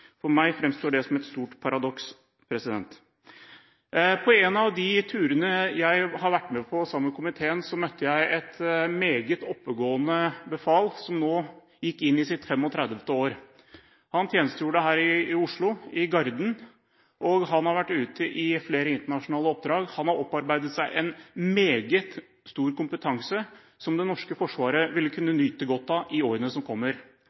For meg fremstår som et stort paradoks. På en av turene jeg har vært med på sammen med komiteen, møtte jeg et meget oppegående befal, som nå gikk inn i sitt 35. år. Han tjenestegjorde her i Oslo, i Garden, og han hadde vært ute i flere internasjonale oppdrag. Han har opparbeidet seg en meget bred kompetanse, som det norske forsvaret ville kunne nyte godt av i årene som kommer.